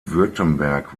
württemberg